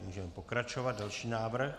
Můžeme pokračovat, další návrh.